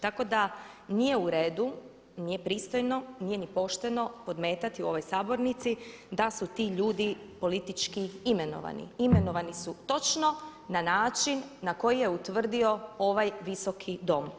Tako da nije u redu, nije pristojno, nije ni pošteno podmetati u ovoj sabornici da su ti ljudi politički imenovani, imenovani su točno na način na koji je utvrdio ovaj Visoki dom.